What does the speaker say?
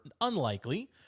unlikely